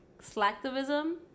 slacktivism